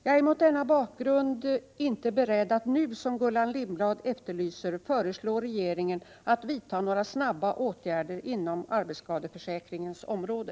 Jag är mot denna bakgrund inte beredd att nu, som Gullan Lindblad efterlyser, föreslå regeringen att vidta några snabba åtgärder inom arbetsskadeförsäkringens område.